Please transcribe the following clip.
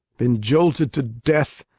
been jolted to death,